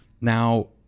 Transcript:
Now